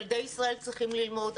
ילדי ישראל צריכים ללמוד,